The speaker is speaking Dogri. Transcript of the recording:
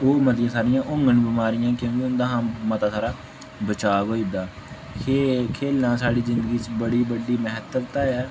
ओह् मतिया सरियां होङन बमारियां क्योंकि उंदे हा मता सारा बचाब होई जंदा खेल खेलां साढ़ी जिंदगी च बड़ी बड्डी म्हत्ताबता ऐ